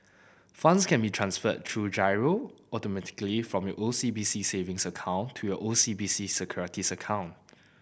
funds can be transferred through giro automatically from your O C B C savings account to your O C B C Securities account